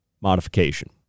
modification